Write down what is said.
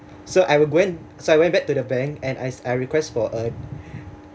so I will going so I went back to the bank and I I I request for a